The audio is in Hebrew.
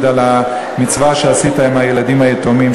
על המצווה שעשית עם הילדים היתומים,